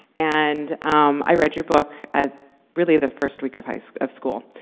and um i read your book at really the first week of high so of school.